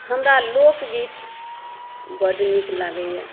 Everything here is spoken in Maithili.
हमरा लोकगीत बड नीक लागैया